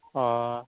অ'